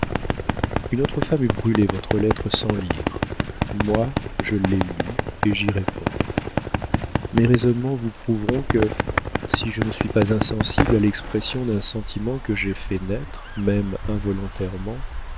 une autre femme eût brûlé votre lettre sans lire moi je l'ai lue et j'y réponds mes raisonnements vous prouveront que si je ne suis pas insensible à l'expression d'un sentiment que j'ai fait naître même involontairement